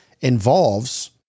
involves